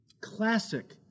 classic